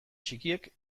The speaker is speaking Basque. txikiek